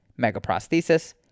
megaprosthesis